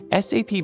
SAP